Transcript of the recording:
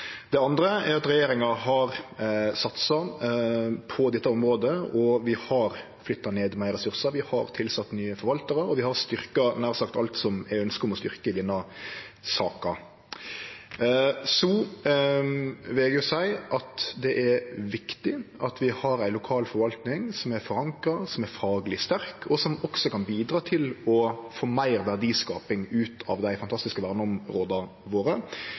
Det andre er at regjeringa har satsa på dette området. Vi har flytta meir resursar, vi har tilsett nye forvaltarar, og vi har styrkt nær sagt alt det er ønske om å styrkje i denne saka. Så vil eg òg seie at det er viktig at vi har ei lokal forvalting som er forankra, som er fagleg sterk, og som også kan bidra til å få meir verdiskaping ut av dei fantastiske verneområda våre.